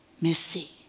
Missy